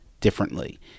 differently